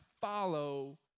follow